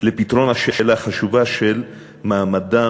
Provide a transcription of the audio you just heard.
לפתרון השאלה החשובה של מעמדם,